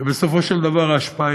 ובסופו של דבר ההשפעה